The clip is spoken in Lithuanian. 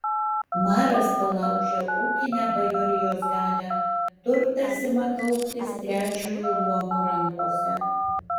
maras palaužia ūkinę bajorijos galią turtas ima kauptis trečiojo luomo rankose